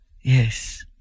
Yes